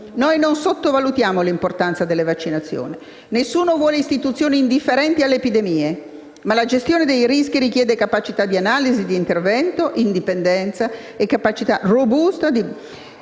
Noi non sottovalutiamo l'importanza delle vaccinazioni. Nessuno vuole istituzioni indifferenti alle epidemie, ma la gestione dei rischi richiede capacità di analisi, di intervento, indipendenza e robusta